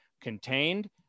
contained